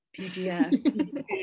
PDF